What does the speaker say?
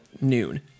noon